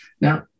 Now